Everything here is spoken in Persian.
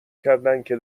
کردندکه